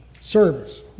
Service